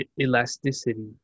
elasticity